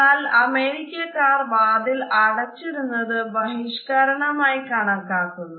എന്നാൽ അമേരിക്കക്കാർ വാതിൽ അടച്ചിടുന്നത് ബഹിഷ്ക്കരണമായി കണക്കാക്കുന്നു